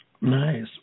Nice